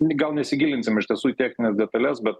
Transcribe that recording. gal nesigilinsim iš tiesų į technines detales bet